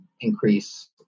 increase